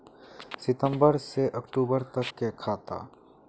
सितम्बर से अक्टूबर तक के खाता?